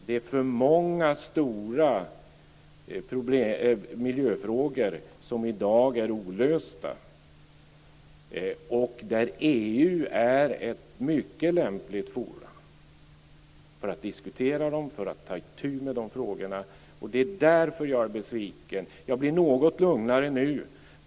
Det är för många stora miljöfrågor som i dag är olösta och där EU är ett mycket lämpligt forum för att diskutera och ta itu med dem. Det är därför jag är besviken. Jag blir något lugnare nu.